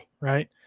right